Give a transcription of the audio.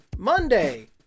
Monday